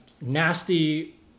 nasty